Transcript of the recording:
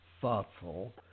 thoughtful